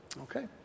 Okay